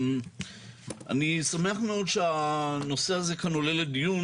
אני שמח מאוד שהנושא הזה כאן עולה לדיון